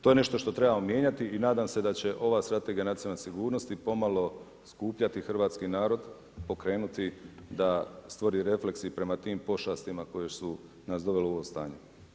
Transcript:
To je nešto što trebamo mijenjati i nadam se da će ova strategija nacionalne sigurnosti pomalo skupljati hrvatski narod, pokrenuti da stvori refleks i prema tim pošastima koje su nas dovele u ovo stanje.